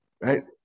right